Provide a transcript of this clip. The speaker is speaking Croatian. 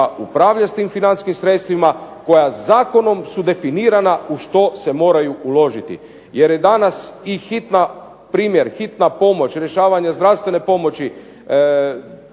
upravlja s tim financijskim sredstvima koja zakonom su definirana u što se moraju uložiti. Jer je danas i hitna, primjer hitna pomoć, rješavanje zdravstvene pomoći